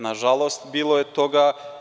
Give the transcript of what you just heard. Nažalost, bilo je toga.